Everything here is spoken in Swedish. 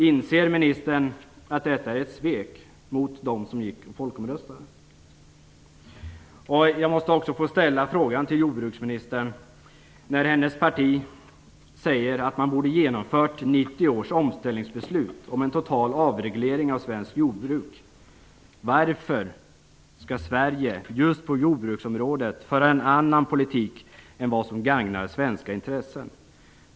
Inser ministern att detta är ett svek mot dem som folkomröstade? Jag måste också få ställa en annan fråga till jordbruksministern. Hennes parti säger att man borde ha genomfört 1990 års omställningsbeslut om en total avreglering av svenskt jordbruk. Varför skall Sverige just på jordbruksområdet föra en annan politik än vad som gagnar svenska intressen?